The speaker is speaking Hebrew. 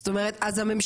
זאת אומרת הממשלה,